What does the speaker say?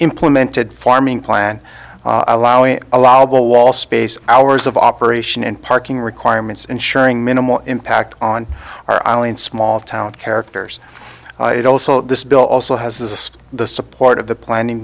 implemented farming plan allowing allowable wallspace hours of operation and parking requirements ensuring minimal impact on our island small town characters i'd also this bill also has the support of the planning